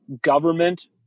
government